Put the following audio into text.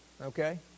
okay